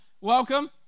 Welcome